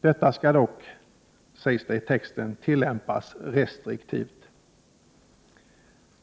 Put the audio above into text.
Detta skall dock, framhålls det, tillämpas restriktivt.